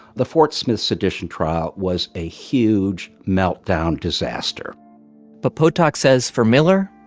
the fort smith sedition trial was a huge meltdown disaster but potok says, for miller,